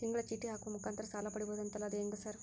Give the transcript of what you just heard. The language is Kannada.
ತಿಂಗಳ ಚೇಟಿ ಹಾಕುವ ಮುಖಾಂತರ ಸಾಲ ಪಡಿಬಹುದಂತಲ ಅದು ಹೆಂಗ ಸರ್?